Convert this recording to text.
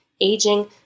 aging